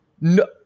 no